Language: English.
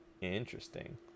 Interesting